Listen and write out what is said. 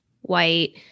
white